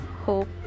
hope